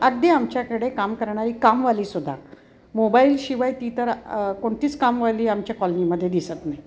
अगदी आमच्याकडे काम करणारी कामवालीसुद्धा मोबाईलशिवाय ती तर कोणतीच कामवाली आमच्या कॉलनीमध्ये दिसत नाही